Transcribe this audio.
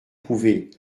prouvée